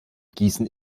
gießen